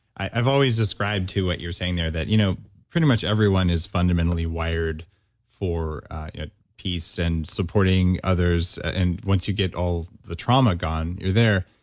i've always described too what you're saying there, that you know pretty much everyone is fundamentally wired for peace and supporting others. and once you get all the trauma gone, you're there.